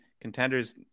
Contenders